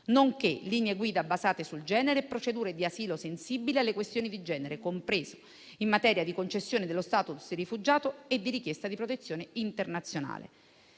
nonché linee guida basate sul genere e procedure di asilo sensibili alle questioni di genere, compreso in materia di concessione dello *status* di rifugiato e di richiesta di protezione internazionale.